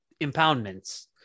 impoundments